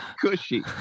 Cushy